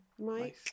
mike